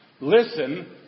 Listen